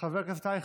חבר הכנסת אייכלר,